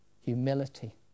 humility